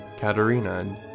Katerina